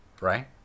right